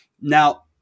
now